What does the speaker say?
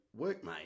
workmate